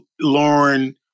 Lauren